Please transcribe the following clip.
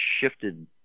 shifted